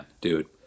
dude